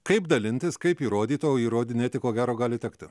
kaip dalintis kaip įrodyt o įrodinėti ko gero gali tekti